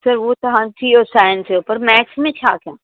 sir हुओ त हाणे थी वियो साइंस जो पर मैक्स में छा कयां